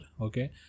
okay